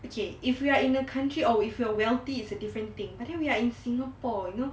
okay if you are in the country or if you're wealthy it's a different thing but then we are in singapore you know